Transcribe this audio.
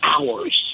hours